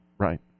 Right